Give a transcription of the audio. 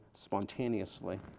spontaneously